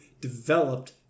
developed